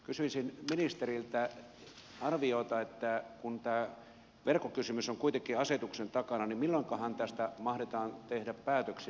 kysyisin ministeriltä arviota että kun tämä verkkokysymys on kuitenkin asetuksen takana niin milloinkohan tästä mahdetaan tehdä päätöksiä